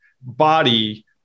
body